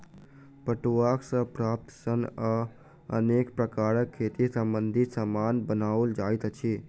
पटुआ सॅ प्राप्त सन सॅ अनेक प्रकारक खेती संबंधी सामान बनओल जाइत अछि